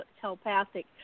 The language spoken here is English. telepathic